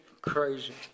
crazy